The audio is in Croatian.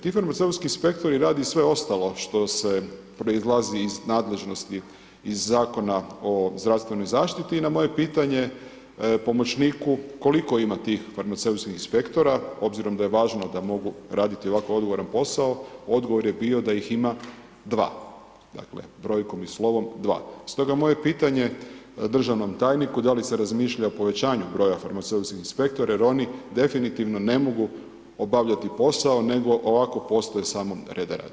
Ti farmaceutski inspektori radi i sve ostalo, što se proizlazi iz nadležnosti, iz Zakona o zdravstvenoj zaštiti i na moje pitanje pomoćniku, koliko ima tih farmaceutskih inspektora, obzirom da je važno da mogu raditi ovako odgovoran posao, odgovor je bio da ih ima 2, dakle, brojkom i slovom 2. Stoga moje pitanje državnom tajniku, da li se razmišlja o povećanju broja farmaceutskih inspektora, jer oni definitivno ne mogu obavljati posao, nego ovako postoji radi reda radi.